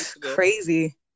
Crazy